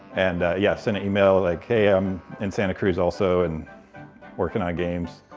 and yeah, sent an email like, hey, i'm in santa cruz also, and working on games.